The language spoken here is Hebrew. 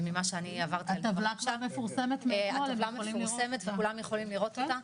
ממה שאני עברתי על הטבלה וכולם יכולים לראות אותה,